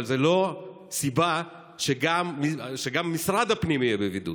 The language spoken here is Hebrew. אבל זאת לא סיבה שגם משרד הפנים יהיה בבידוד.